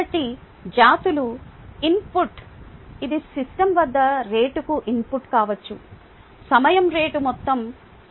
కాబట్టి జాతులు ఇన్పుట్ ఇది సిస్టమ్ వద్ద రేటుకు ఇన్పుట్ కావచ్చు సమయం రేటు మొత్తం rin